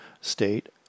state